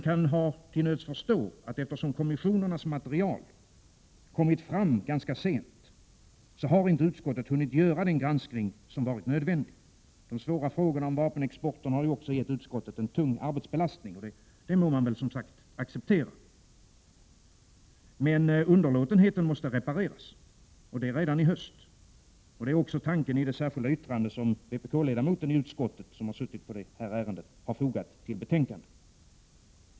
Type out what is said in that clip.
Man kan till nöds förstå, att eftersom kommissionernas material kommit fram relativt sent, har inte utskottet hunnit göra den granskning som varit nödvändig. De svåra frågorna om vapenexporten har ju också gett utskottet en tung arbetsbelastning. Det må man acceptera. Men underlåtenheten måste repareras — och detta redan i höst. Det är också tanken i det särskilda yttrande som vpk-ledamoten i utskottet fogat till betänkandet.